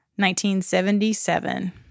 1977